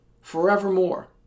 forevermore